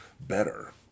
better